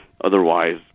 otherwise